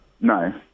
no